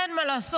אין מה לעשות,